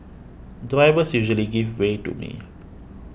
drivers usually give way to me